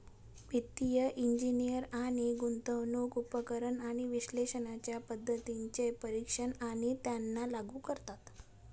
वित्तिय इंजिनियर नवीन गुंतवणूक उपकरण आणि विश्लेषणाच्या पद्धतींचे परीक्षण आणि त्यांना लागू करतात